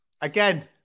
again